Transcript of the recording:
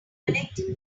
connecting